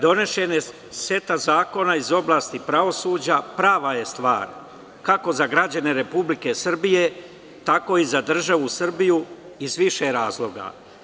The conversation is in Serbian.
Donošenje seta zakona iz oblasti pravosuđa prava je stvar, kako za građane Republike Srbije, tako i za državu Srbiju, iz više razloga.